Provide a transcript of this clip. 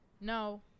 No